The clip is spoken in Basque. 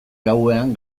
gauean